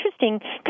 interesting